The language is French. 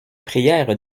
prièrent